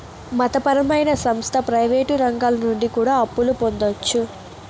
మత పరమైన సంస్థ ప్రయివేటు రంగాల నుండి కూడా అప్పులు పొందొచ్చు